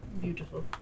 beautiful